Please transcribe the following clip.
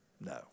No